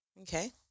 okay